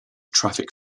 traffic